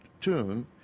tune